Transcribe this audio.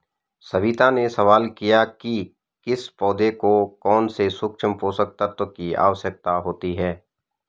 सविता ने सवाल किया कि किस पौधे को कौन से सूक्ष्म पोषक तत्व की आवश्यकता होती है